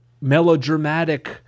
melodramatic